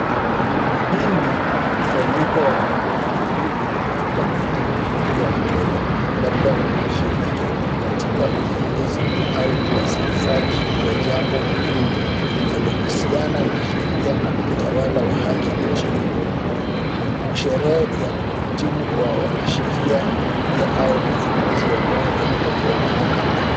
Hii ni mkusanyiko wa viongozi muhimu katika mfumo wa sheria wa Kenya, labda wakishiriki katika uzinduzi au uwasilishaji wa jambo muhimu, linalohusiana na sheria na utawala wa haki nchini humu. Sherehe ya kuhitimu kwa wanasheria mpya au ufunguzi wa mwaka wa mahakama.